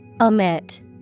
Omit